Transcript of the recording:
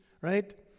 right